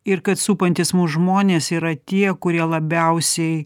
ir kad supantys mus žmonės yra tie kurie labiausiai